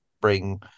bring